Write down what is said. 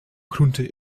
groente